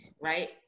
right